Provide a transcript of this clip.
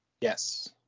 Yes